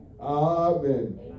Amen